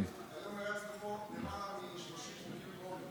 אפשר רק שאלה קטנה?